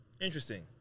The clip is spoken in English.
Interesting